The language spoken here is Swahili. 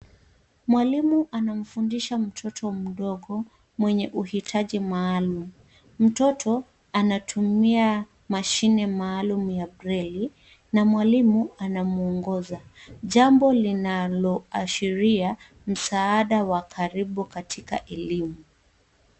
Mwalimu anamfundisha mtoto mdogo, mwenye uhitaji maalum. Mtoto anatumia mashine maalum ya breli na mwalimu anamwongoza, jambo linaloashiria msaada wa karibu katika elimu.